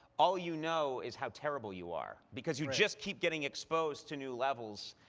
all you know is how terrible you are, because you just keep getting exposed to new levels.